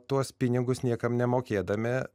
tuos pinigus niekam nemokėdami